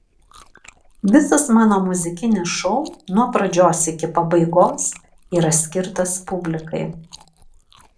visas mano muzikinis šou nuo pradžios iki pabaigos yra skirtas publikai